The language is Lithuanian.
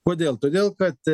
kodėl todėl kad